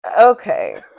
Okay